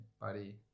buddy